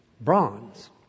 Bronze